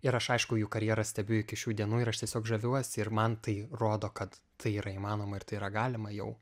ir aš aišku jų karjeras stebiu iki šių dienų ir aš tiesiog žaviuosi ir man tai rodo kad tai yra įmanoma ir tai yra galima jau